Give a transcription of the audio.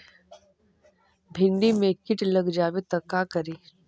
भिन्डी मे किट लग जाबे त का करि?